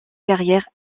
carrière